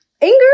anger